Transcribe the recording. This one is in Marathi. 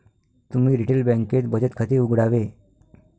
तुम्ही रिटेल बँकेत बचत खाते उघडावे